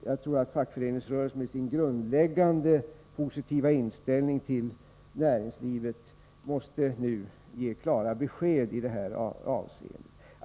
Jag tror att fackföreningsrörelsen med sin grundläggande positiva inställning till näringslivet nu måste ge klart besked i detta avseende.